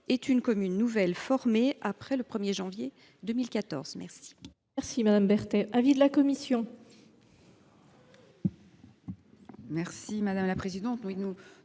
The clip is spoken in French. est une commune nouvelle formée après le 1 janvier 2014. Quel